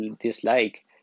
dislike